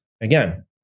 Again